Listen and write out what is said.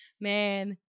man